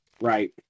Right